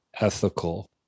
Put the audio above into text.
ethical